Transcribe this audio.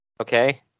okay